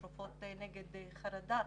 תרופות נגד חרדה,